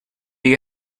you